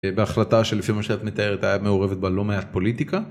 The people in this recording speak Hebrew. בהחלטה שלפי מה שאת מתארת היה מעורבת בה לא מעט פוליטיקה